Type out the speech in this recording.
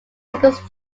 singles